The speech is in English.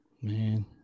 man